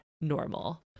normal